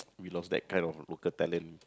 we lost that kind of local talent